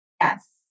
yes